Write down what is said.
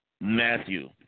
Matthew